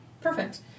Perfect